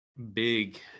Big